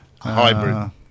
hybrid